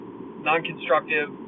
non-constructive